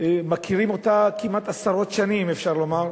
מכירים אותה כמעט עשרות שנים, אפשר לומר,